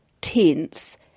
tense